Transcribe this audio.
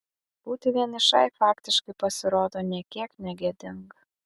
būti vienišai faktiškai pasirodo nė kiek negėdinga